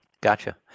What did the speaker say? Gotcha